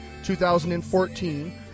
2014